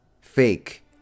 Fake